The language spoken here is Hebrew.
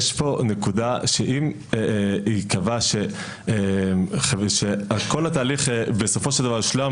אם ייקבע שכל התהליך בסופו של דבר יושלם